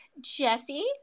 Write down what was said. jesse